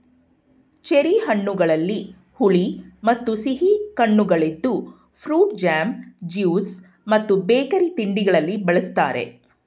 cherry ಹಣ್ಣುಗಳಲ್ಲಿ ಹುಳಿ ಮತ್ತು ಸಿಹಿ ಕಣ್ಣುಗಳಿದ್ದು ಫ್ರೂಟ್ ಜಾಮ್, ಜ್ಯೂಸ್ ಮತ್ತು ಬೇಕರಿ ತಿಂಡಿಗಳಲ್ಲಿ ಬಳ್ಸತ್ತರೆ